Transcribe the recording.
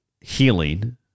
healing